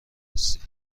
هستی